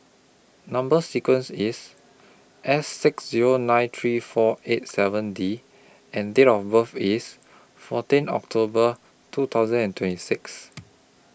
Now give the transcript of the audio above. Number sequence IS S six Zero nine three four eight seven D and Date of birth IS fourteen October two thousand and twenty six